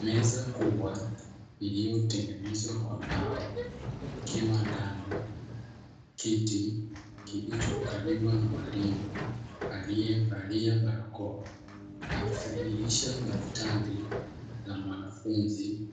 Meza kubwa iliyotengenezwa kwa mbao ikiwa ndani, kiti kilichokaliwa na mwalimu alievalia barakoa akisahihisha daftari la mwanafunzi